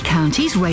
Counties